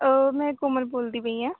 ਮੈਂ ਕੋਮਲ ਬੋਲਦੀ ਪਈਂ ਹਾਂ